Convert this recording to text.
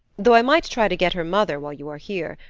though i might try to get her mother while you are here.